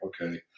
Okay